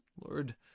Lord